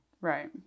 Right